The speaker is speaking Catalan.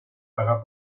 pegar